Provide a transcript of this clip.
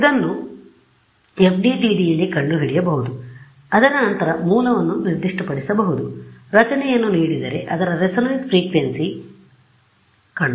ಇದನ್ನು FDTDಯಲ್ಲಿ ಕಂಡುಹಿಡಿಯಬಹುದು ಅದರ ನಂತರ ಮೂಲವನ್ನು ನಿರ್ದಿಷ್ಟಪಡಿಸಬಹುದು ರಚನೆಯನ್ನು ನೀಡಿದರೆ ಅದರ resonate frequency ರೆಸೊನೇಟ್ ಫ್ರಿಕ್ವೆನ್ಸಿ ಕಂಡು